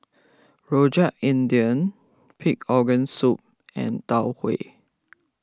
Rojak India Pig Organ Soup and Tau Huay